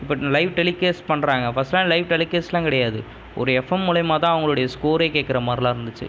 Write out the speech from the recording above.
இப்போ live telecast பண்ணுறாங்க ஃபர்ஸ்ட்லாம் லைவ் டெலிகேஸ்ட்லாம் கிடையாது ஒரு எஃப்எம் மூலியமாக தான் அவங்களுடைய ஸ்கோரே கேட்குறமாதிரிலாம் இருந்துச்சு